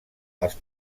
els